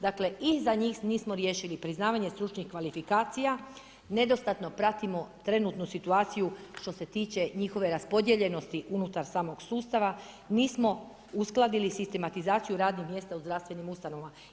Dakle i za njih nismo riješili priznavanje stručnih kvalifikacija, nedostatno pratimo trenutno situaciju što se tiče njihove raspodijeljenosti unutar samog sustava, nismo uskladili sistematizaciju radnih mjesta u zdravstvenim ustanovama.